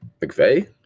McVay